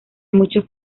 muchos